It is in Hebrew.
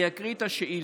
אני אקריא את השאילתה: